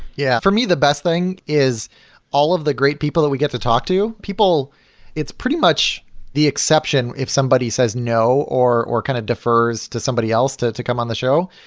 yeah, for me the best thing is all of the great people that we get to talk to, people it's pretty much the exception if somebody says no or or kind of defers to somebody else to to come on the show.